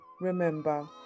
remember